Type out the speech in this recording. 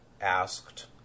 asked